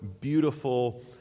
beautiful